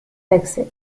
d’accès